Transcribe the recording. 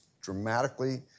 dramatically